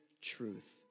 truth